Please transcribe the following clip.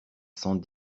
cent